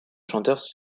chanteurs